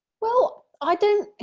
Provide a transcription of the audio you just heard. well i don't,